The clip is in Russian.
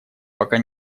пока